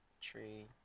tree